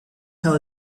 have